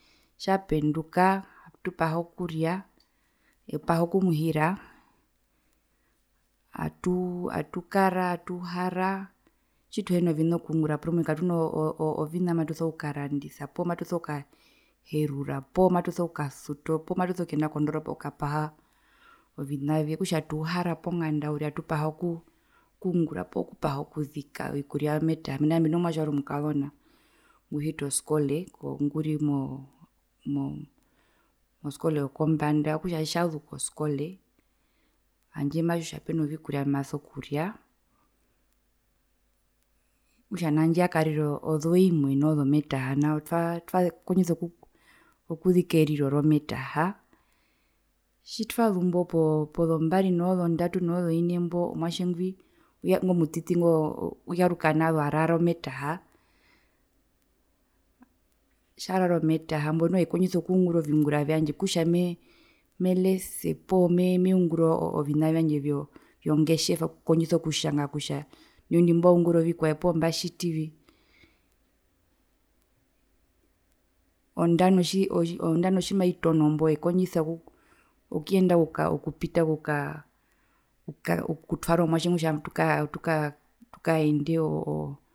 Tjapenduka atupaha okuria epaha okumuhira atukara atuharatjitwehina ovina okungura porumwe katuna vina mbimatuso kukarandisa poo mbimatuso kukaherura poo matuso kukasuto poo matuso kuyenda kondoropa okukpaha ovina vye okutja tuuhara ponganda uriri atupaha okuu okungura poo kupaha okuzika ovikuria vyometaha mena kutja mbino mwatje ware omukazona nguhita oskole nguri mo mo moskole yokombanda okutja eematjiwa kutja tjazu koskole handje peno vikuria eeye mbimaso kuria okutja handje yakarira ozoimwe noo zoiri zometaha twakondjisa okuzika eriro rometaha tjitwazumbo pozombari noo zoine mbo mwatje ngwi ingo mutiti ngo uyaruka nazo arara ometaha tjarara ometaha mbo noho ekondjisa okungura oviungura vyandje kutja mee melese poo mee me meungura ovina vyandje vyongetjeva kutja ndino ndi mbaungura ovikwae poo mbatjitivi ondano tji tji tjimaitono mbo ekondjisa okuyenda okupita okutwara omwatje ngwi kutja tukaende oooo.